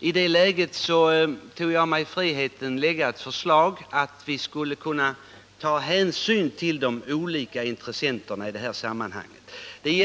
I det läget tog jag mig friheten att föreslå att vi skulle försöka ta hänsyn till de olika intressenterna i det här sammanhanget.